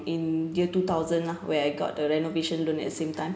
in year two thousand lah where I got the renovation loan at same time